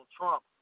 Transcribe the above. trump